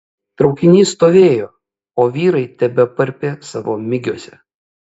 traukinys stovėjo o vyrai tebeparpė savo migiuose